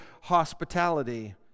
hospitality